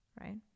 right